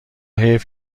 حیف